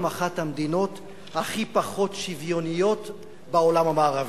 אחת המדינות הכי פחות שוויוניות בעולם המערבי.